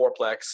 fourplex